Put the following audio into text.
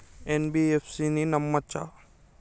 NBFC ని నమ్మచ్చా?